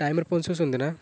ଟାଇମ୍ରେ ପହଞ୍ଚୁଛନ୍ତି ନା